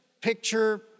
picture